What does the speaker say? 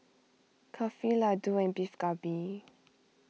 Kulfi Ladoo and Beef Galbi